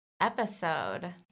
episode